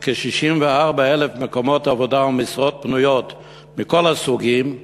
על כ-64,000 מקומות עבודה ומשרות פנויות מכל הסוגים,